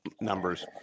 numbers